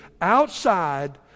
outside